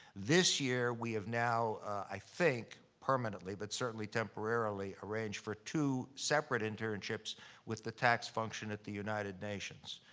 this year, we have now, i think permanently but certainly temporarily, arranged for two separate internships with the tax function at the united nations.